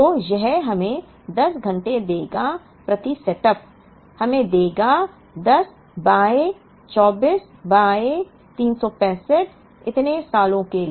तो यह हमें 10 घंटे देगा प्रति सेटअप हमें देगा ह 10 बाय 24 बाय 365 इतने सालों के लिए